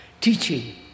teaching